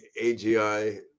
AGI